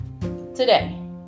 Today